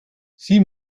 sieh